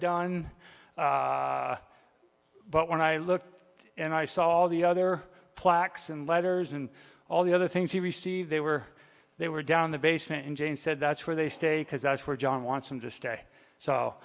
done but when i looked and i saw all the other plaques and letters and all the other things he received they were they were down the basement and jane said that's where they stay because that's where john wants them to stay